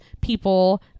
people